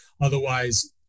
Otherwise